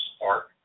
Park